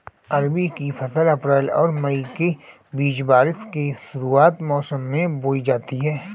खरीफ़ की फ़सल अप्रैल और मई के बीच, बारिश के शुरुआती मौसम में बोई जाती हैं